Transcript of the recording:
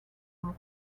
are